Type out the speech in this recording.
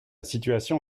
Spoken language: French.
situation